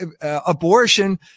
abortion